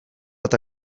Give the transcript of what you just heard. eta